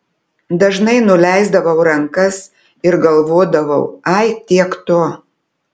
dažnai nuleisdavau rankas ir galvodavau ai tiek to